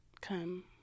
come